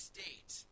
State